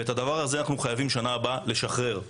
את הדבר הזה אנחנו חייבים בשנה הבאה לשחרר,